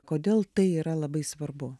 kodėl tai yra labai svarbu